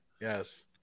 Yes